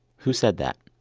who said that?